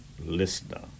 listener